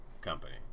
company